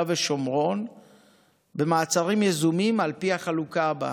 ושומרון במעצרים יזומים על פי החלוקה הבאה: